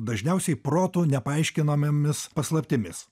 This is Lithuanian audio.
dažniausiai protu nepaaiškinamomis paslaptimis